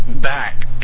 back